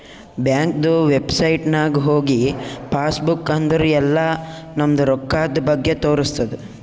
ಬ್ಯಾಂಕ್ದು ವೆಬ್ಸೈಟ್ ನಾಗ್ ಹೋಗಿ ಪಾಸ್ ಬುಕ್ ಅಂದುರ್ ಎಲ್ಲಾ ನಮ್ದು ರೊಕ್ಕಾದ್ ಬಗ್ಗೆ ತೋರಸ್ತುದ್